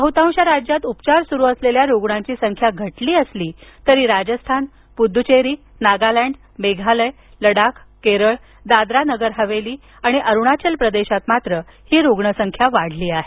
बहुतांश राज्यात उपचार सुरू असलेल्या रुग्णांची संख्या घटली असली तरी राजस्थान पुद्दचेरी नागालँड मेघालय लडाख केरळ दादरा नगर हवेली आणि अरूणाचल प्रदेशात ही रुग्णसंख्या वाढली आहे